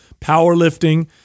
powerlifting